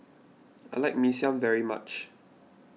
I like Mee Siam very much